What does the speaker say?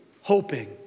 hoping